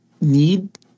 need